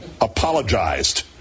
apologized